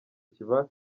kiba